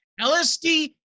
LSD